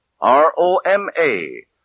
R-O-M-A